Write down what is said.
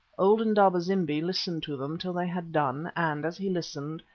old indaba-zimbi listened to them till they had done, and, as he listened,